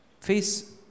face